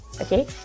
Okay